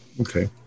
Okay